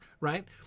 right